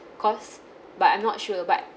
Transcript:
cost but I'm not sure but